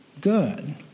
good